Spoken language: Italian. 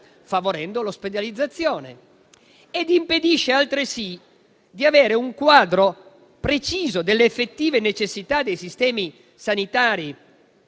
favorendo l'ospedalizzazione; e impedisce altresì di avere un quadro preciso delle effettive necessità dei sistemi sanitari